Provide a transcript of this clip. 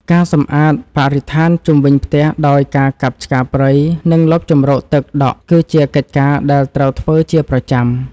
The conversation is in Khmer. ការសម្អាតបរិស្ថានជុំវិញផ្ទះដោយការកាប់ឆ្ការព្រៃ និងលុបជម្រកទឹកដក់គឺជាកិច្ចការដែលត្រូវធ្វើជាប្រចាំ។